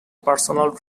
personal